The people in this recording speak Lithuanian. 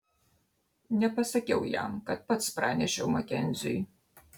nepasakiau jam kad pats pranešiau makenziui